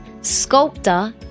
sculptor